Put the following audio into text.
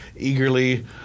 eagerly